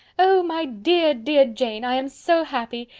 oh! my dear, dear jane, i am so happy!